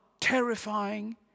terrifying